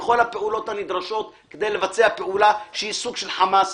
הודעה וכל הפעולות הנדרשות כדי לבצע פעולה שהיא סוג של חומ"ס,